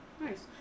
Nice